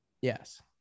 Yes